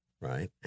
right